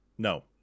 No